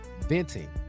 venting